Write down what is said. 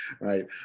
right